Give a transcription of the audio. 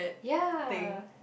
ya